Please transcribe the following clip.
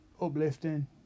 uplifting